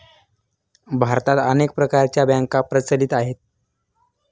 भारतात अनेक प्रकारच्या बँका प्रचलित आहेत